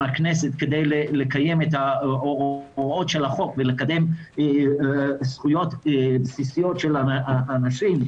כדי לקיים את הוראות החוק ולקדם זכויות בסיסיות של אנשים,